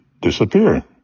disappear